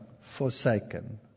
forsaken